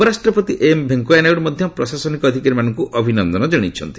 ଉପରାଷ୍ଟ୍ରପତି ଏମ୍ ଭେଙ୍କିୟାନାଇଡୁ ମଧ୍ୟ ପ୍ରଶାସନିକ ଅଧିକାରୀମାନଙ୍କୁ ଅଭିନନ୍ଦନ କଶାଇଛନ୍ତି